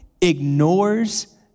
ignores